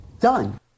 done